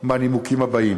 מהנימוקים האלה: